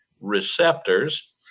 receptors